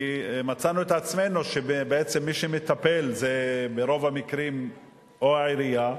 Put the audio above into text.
כי מצאנו את עצמנו כשבעצם מי שמטפל זה ברוב המקרים או העירייה,